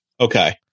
Okay